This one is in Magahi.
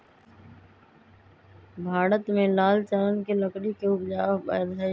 भारत में लाल चानन के लकड़ी के उपजा अवैध हइ